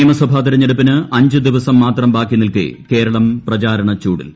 നിയമസഭാ തെരഞ്ഞെട്ടുപ്പിന് അഞ്ച് ദിവസം മാത്രം ന് ബാക്കി നിൽക്കെ ക്രേള്ം പ്രചാരണ ചൂടിൽ